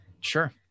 Sure